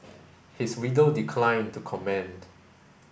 his widow declined to comment